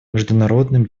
международным